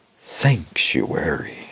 sanctuary